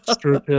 True